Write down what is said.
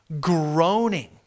groaning